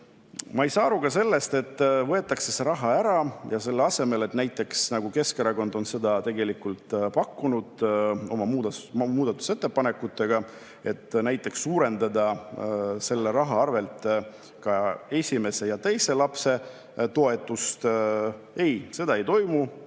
ei saa aru ka sellest, et võetakse see raha ära ja selle asemel – nagu näiteks Keskerakond on seda pakkunud oma muudatusettepanekutega –, et suurendada selle raha arvel ka esimese ja teise lapse toetust, seda ei toimu,